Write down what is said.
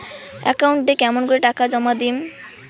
একাউন্টে কেমন করি টাকা জমা দিম?